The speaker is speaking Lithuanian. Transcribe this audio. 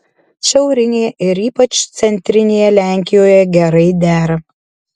šiaurinėje ir ypač centrinėje lenkijoje gerai dera